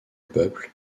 peuple